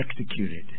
executed